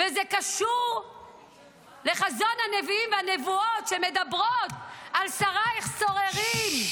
וזה קשור לחזון הנביאים והנבואות שמדברות על "שריך סוררים".